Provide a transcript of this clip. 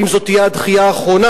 האם זאת תהיה הדחייה האחרונה,